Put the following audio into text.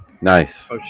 Nice